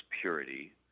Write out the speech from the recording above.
purity